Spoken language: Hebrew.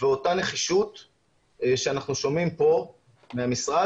ואותה נחישות שאנחנו שומעים פה מהמשרד,